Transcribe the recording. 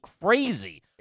crazy